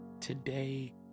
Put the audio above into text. Today